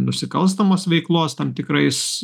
nusikalstamos veiklos tam tikrais